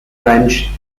french